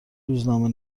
روزنامه